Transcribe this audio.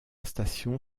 station